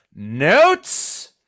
notes